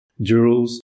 jewels